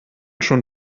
schon